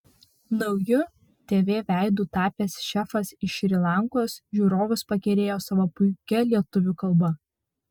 nauju tv veidu tapęs šefas iš šri lankos žiūrovus pakerėjo savo puikia lietuvių kalba